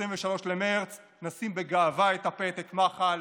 ב-23 במרץ נשים בגאווה את הפתק מחל,